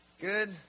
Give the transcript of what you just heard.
Good